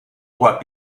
trois